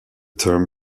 term